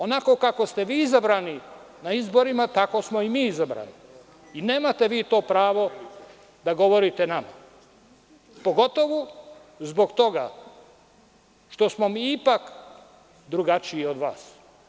Onako kako ste vi izabrani na izborima, tako smo i mi izabrani i nemate vi to pravo da govorite, pogotovo zbog toga što smo mi ipak drugačiji od vas.